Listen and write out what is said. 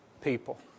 people